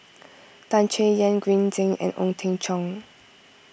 Tan Chay Yan Green Zeng and Ong Teng Cheong